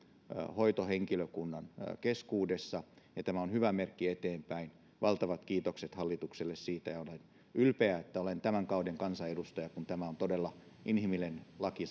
hoitohenkilökunnan keskuudessa ja tämä on hyvä merkki eteenpäin valtavat kiitokset hallitukselle siitä ja olen ylpeä että olen tämän kauden kansanedustaja kun tämä todella inhimillinen laki